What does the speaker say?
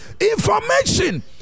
information